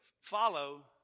Follow